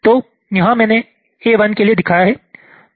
तो यहाँ मैंने A1 के लिए दिखाया है